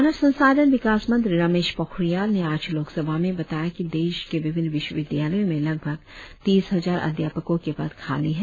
मानव संसाधन विकास मंत्री रमेश पोखरियाल ने आज लोकसभा में बताया कि देश के विभिन्न विश्वविद्यालयों में लगभग तीस हजार अध्यापकों के पद खाली है